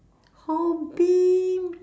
hobby